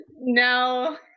No